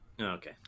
Okay